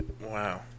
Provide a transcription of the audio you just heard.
Wow